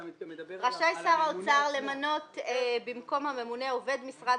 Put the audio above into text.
"רשאי שר האוצר למנות במקום הממונה עובד משרד